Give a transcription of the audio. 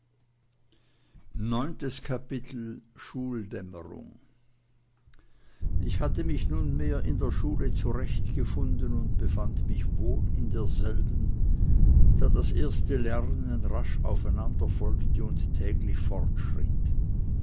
neuntes kapitel schuldämmerung ich hatte mich nunmehr in der schule zurechtgefunden und befand mich wohl in derselben da das erste lernen rasch aufeinanderfolgte und täglich fortschritt